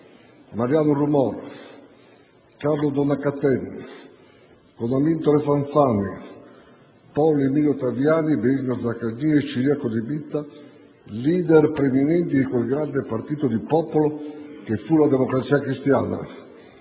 Mariano Rumor, Carlo Donat-Cattin; con Amintore Fanfani, Paolo Emilio Taviani, Benigno Zaccagnini e Ciriaco De Mita, *leader* preminenti di quel grande partito di popolo che fu la Democrazia Cristiana,